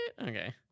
Okay